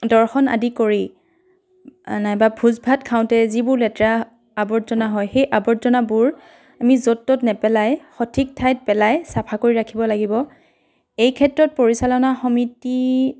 দৰ্শন আদি কৰি নাইবা ভোজ ভাত খাওঁতে যিবোৰ লেতেৰা আৱৰ্জনা হয় সেই আৱৰ্জনাবোৰ আমি য'ত ত'ত নেপেলাই সঠিক ঠাইত পেলাই চাফা কৰি ৰাখিব লাগিব এইক্ষেত্ৰত পৰিচালনা সমিতি